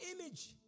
image